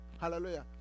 Hallelujah